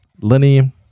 Lenny